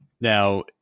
Now